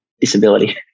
disability